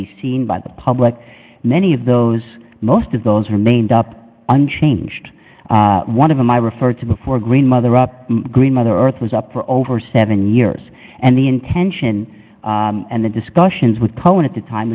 be seen by the public many of those most of those are made up unchanged one of them i referred to before grandmother up green mother earth was up for over seven years and the intention and the discussions with cohen at the time